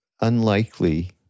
unlikely